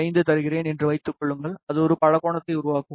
5 தருகிறேன் என்று வைத்துக் கொள்ளுங்கள் அது ஒரு பலகோணத்தை உருவாக்கும்